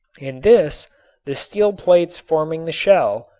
in this the steel plates forming the shell,